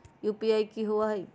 UPI कि होअ हई?